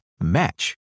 match